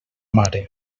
mare